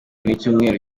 w’icyumweru